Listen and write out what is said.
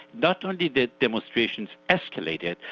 not only the demonstrations escalated,